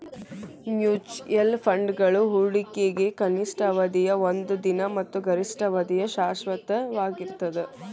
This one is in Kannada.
ಮ್ಯೂಚುಯಲ್ ಫಂಡ್ಗಳ ಹೂಡಿಕೆಗ ಕನಿಷ್ಠ ಅವಧಿಯ ಒಂದ ದಿನ ಮತ್ತ ಗರಿಷ್ಠ ಅವಧಿಯ ಶಾಶ್ವತವಾಗಿರ್ತದ